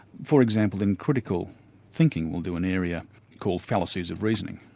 for example, in critical thinking we'll do an area called fallacies of reasoning,